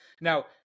now